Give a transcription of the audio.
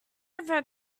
over